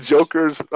Jokers